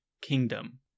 kingdom